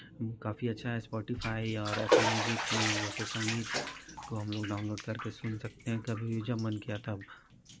काफी अच्छा है स्पोटीफाइ और एप्पल म्यूजिक में जैसे संगीत को हम लोग डाउनलोड करके सुन सकते हैं कभी भी जब मन किया तब